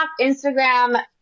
instagram